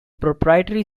proprietary